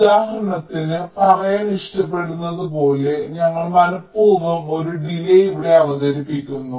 ഉദാഹരണത്തിന് പറയാൻ ഇഷ്ടപ്പെടുന്നതുപോലെ ഞങ്ങൾ മനപൂർവ്വം ഒരു ഡിലേയ് ഇവിടെ അവതരിപ്പിക്കുന്നു